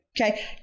Okay